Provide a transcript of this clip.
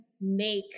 make